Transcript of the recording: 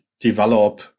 develop